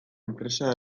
enpresa